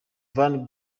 van